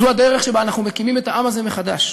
זו הדרך שבה אנחנו מקימים את העם הזה מחדש.